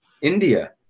India